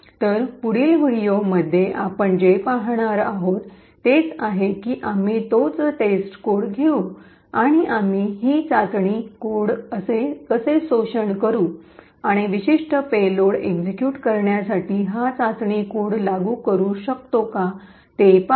तर पुढील व्हिडिओमध्ये आपण जे पाहणार आहोत तेच आहे की आम्ही तोच टेस्टकोड घेऊ आणि आम्ही हे चाचणी कोड कसे शोषण करू आणि विशिष्ट पेलोड एक्सिक्यूट करण्यासाठी हा चाचणी कोड लागू करू शकतो हे पाहू